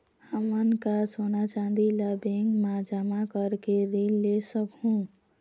हमन का सोना चांदी ला बैंक मा जमा करके ऋण ले सकहूं?